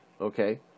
okay